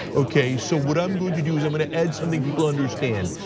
okay, so what i'm going to do is i'm gonna add something people understand,